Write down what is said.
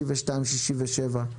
62 67,